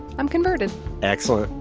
i'm converted excellent.